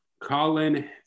Colin